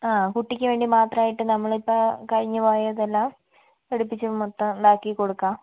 ആഹ് കുട്ടിക്ക് വേണ്ടി മാത്രമായിട്ട് നമ്മളിപ്പോൾ കഴിഞ്ഞു പോയതെല്ലാം എടുപ്പിച്ച് മൊത്തം ഇതാക്കി കൊടുക്കാം